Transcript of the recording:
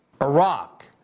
Iraq